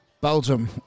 Belgium